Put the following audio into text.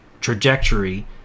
trajectory